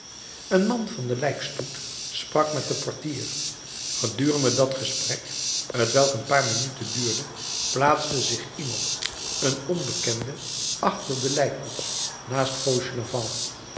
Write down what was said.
een man van den lijkstoet sprak met den portier gedurende dat gesprek t welk een paar minuten duurde plaatste zich iemand een onbekende achter de lijkkoets naast fauchelevent